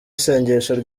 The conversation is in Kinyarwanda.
isengesho